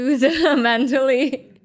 mentally